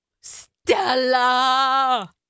Stella